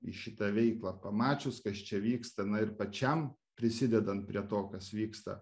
į šitą veiklą pamačius kas čia vyksta na ir pačiam prisidedant prie to kas vyksta